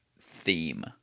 theme